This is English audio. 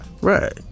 Right